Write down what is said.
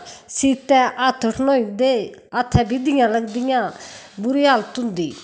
सीतै हत्थ ठण्डोई जंदे हत्थैं बिद्दियां लगदियां बुरी हालत होंदी